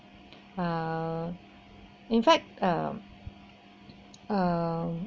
uh in fact uh uh